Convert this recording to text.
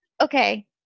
Okay